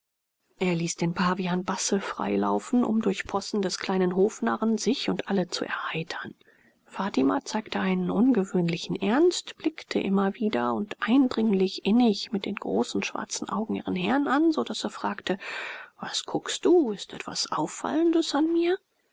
er ließ den pavian basse frei laufen um durch die possen des kleinen hofnarren sich und alle zu erheitern fatima zeigte einen ungewöhnlichen ernst blickte immer wieder und eindringlich innig mit den großen schwarzen augen ihren herrn an so daß er fragte was guckst du ist etwas auffallendes an mir